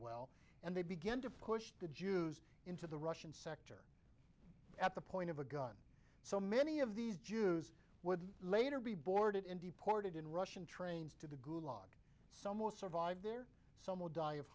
well and they began to push the jews into the russian sector at the point of a gun so many of these jews would later be boarded in deported in russian trains to the good some will survive there some will die of